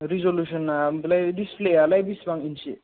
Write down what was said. रिजुल'सोना ओमफ्राय दिजफ्लेआलाय बेसेबां इनचि